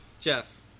jeff